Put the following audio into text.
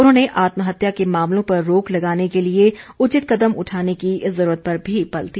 उन्होंने आत्महत्या के मामलों पर रोक लगाने के लिए उचित कदम उठाने की जरूरत पर भी बल दिया